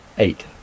eight